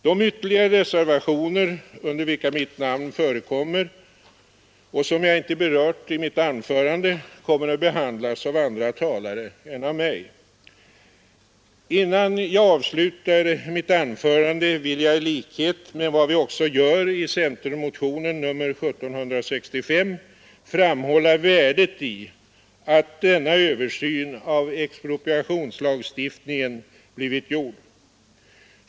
De ytterligare reservationer under vilka mitt namn förekommer och som jag icke berört i mitt anförande kommer att behandlas av andra talare. Innan jag avslutar mitt anförande vill jag i likhet med vad vi också gör i centermotionen 1765 framhålla värdet i att denna översyn av expropriationslagstiftningen blivit gjord.